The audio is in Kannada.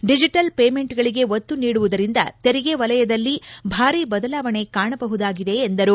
ಡಿಜಿಟಲ್ ಪೇಮೆಂಟ್ಗಳಿಗೆ ಒತ್ತು ನೀಡಿರುವುದರಿಂದ ತೆರಿಗೆ ವಲಯದಲ್ಲಿ ಭಾರಿ ಬದಲಾವಣೆ ಕಾಣಬಹುದಾಗಿದೆ ಎಂದರು